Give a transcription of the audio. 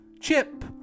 Chip